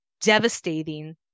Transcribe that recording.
devastating